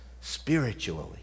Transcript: spiritually